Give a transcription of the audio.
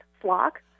Flock